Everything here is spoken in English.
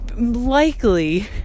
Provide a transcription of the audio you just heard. likely